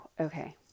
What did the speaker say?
okay